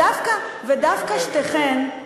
דווקא שתיכן,